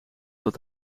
dat